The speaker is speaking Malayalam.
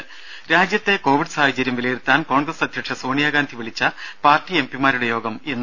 ദ്ദേ രാജ്യത്തെ കോവിഡ് സാഹചര്യം വിലയിരുത്താൻ കോൺഗ്രസ് അധ്യക്ഷ സോണിയഗാന്ധി വിളിച്ച പാർട്ടി എം പിമാരുടെ യോഗം ഇന്ന്